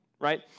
right